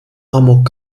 amok